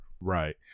Right